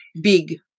big